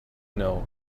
know